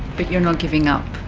but you're not giving up?